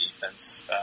defense